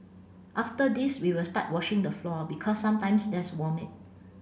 after this we will start washing the floor because sometimes there's vomit